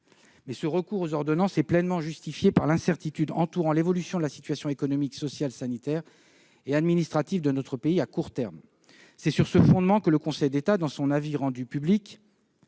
mais ce recours aux ordonnances est pleinement justifié par l'incertitude entourant l'évolution de la situation économique, sociale, sanitaire et administrative de notre pays à court terme. C'est sur ce fondement que le Conseil d'État, dans son avis rendu public,